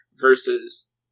Versus